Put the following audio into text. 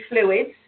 fluids